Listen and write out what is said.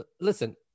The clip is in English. listen